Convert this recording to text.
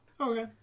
Okay